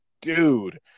dude